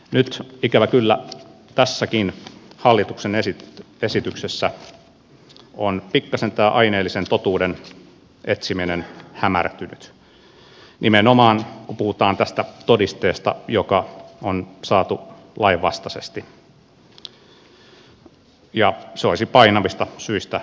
nyt ikävä kyllä tässäkin hallituksen esityksessä on pikkasen tämä aineellisen totuuden etsiminen hämärtynyt nimenomaan kun puhutaan tästä todisteesta joka on saatu lainvastaisesti ja se olisi painavista syistä jätettävä hyödyntämättä